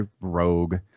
Rogue